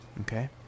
Okay